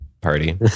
party